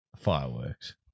fireworks